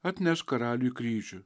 atneš karaliui kryžių